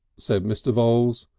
said mr. voules,